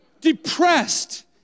depressed